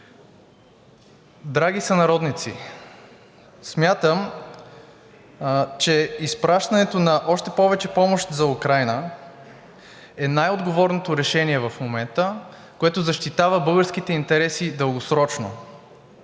Драги сънародници, смятам, че изпращането на още повече помощ за Украйна е най-отговорното решение в момента, което защитава българските интереси дългосрочно.